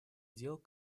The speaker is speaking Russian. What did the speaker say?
дел